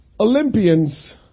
Olympians